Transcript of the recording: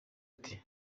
ati